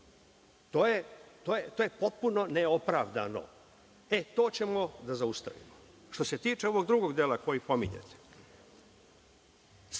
To je potpuno neopravdano. E, to ćemo da zaustavimo. Što se tiče ovog drugog dela koji pominjete,